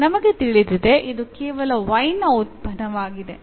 ನಮಗೆ ತಿಳಿದಿದೆ ಇದು ಕೇವಲ y ನ ಉತ್ಪನ್ನವಾಗಿದೆ